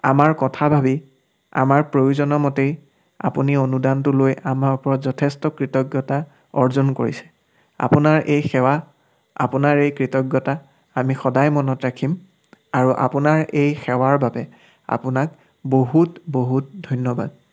আমাৰ কথা ভাবি আমাৰ প্ৰয়োজনৰ মতেই আপুনি অনুদানটো লৈ আমাৰ ওপৰত যথেষ্ট কৃতজ্ঞতা অৰ্জন কৰিছে আপোনাৰ এই সেৱা আপোনাৰ এই কৃতজ্ঞতা আমি সদায়ে মনত ৰাখিম আৰু আপোনাৰ এই সেৱাৰ বাবে আপোনাক বহুত বহুত ধন্যবাদ